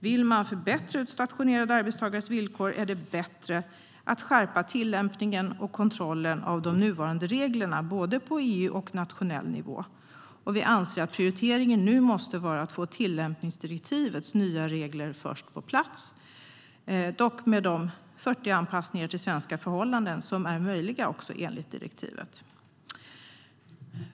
Vill man förbättra utstationerade arbetstagares villkor är det bättre att skärpa tillämpningen och kontrollen av de nuvarande reglerna på både EU-nivå och nationell nivå. Vi anser att prioriteringen måste vara att först få tillämpningsdirektivets nya regler på plats, dock med de 40 anpassningar till svenska förhållanden som är möjliga enligt direktivet.